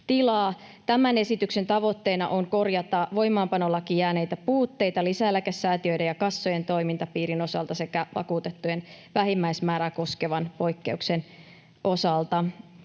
Tämän esityksen tavoitteena on korjata voimaanpanolakiin jääneitä puutteita lisäeläkesäätiöiden ja -kassojen toimintapiirin osalta sekä vakuutettujen vähimmäismäärää koskevan poikkeuksen osalta.